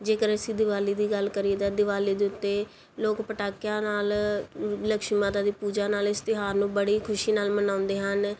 ਜੇਕਰ ਅਸੀਂ ਦੀਵਾਲੀ ਦੀ ਗੱਲ ਕਰੀਏ ਤਾਂ ਦੀਵਾਲੀ ਦੇ ਉੱਤੇ ਲੋਕ ਪਟਾਕਿਆਂ ਨਾਲ ਲਕਸ਼ਮੀ ਮਾਤਾ ਦੀ ਪੂਜਾ ਨਾਲ ਇਸ ਤਿਉਹਾਰ ਨੂੰ ਬੜੀ ਖੁਸ਼ੀ ਨਾਲ ਮਨਾਉਂਦੇ ਹਨ